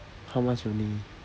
how much only